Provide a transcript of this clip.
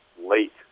late